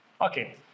Okay